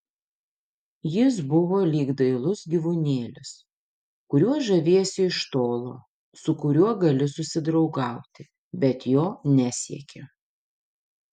jis buvo lyg dailus gyvūnėlis kuriuo žaviesi iš tolo su kuriuo gali susidraugauti bet jo nesieki